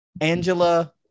Angela